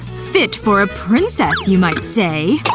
fit for a princess, you might say.